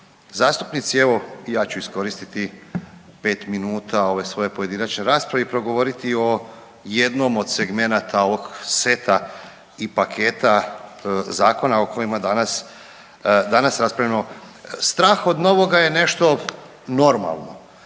zastupnici. Evo i ja ću iskoristiti pet minuta ove svoje pojedinačne rasprave i progovoriti o jednom od segmenata ovog seta i paketa zakona o kojima danas raspravljamo. Strah od novoga je nešto normalno,